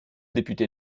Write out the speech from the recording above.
députés